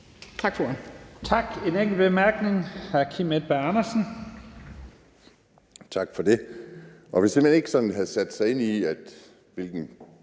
Tak for